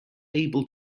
able